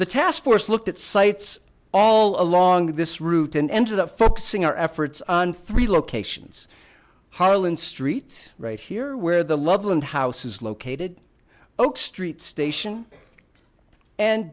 the task force looked at sites all along this route and enter the focusing our efforts on three locations harlan street right here where the loveland house is located oak street station and